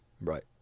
Right